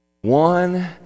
one